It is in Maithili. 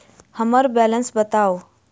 हम्मर बैलेंस बताऊ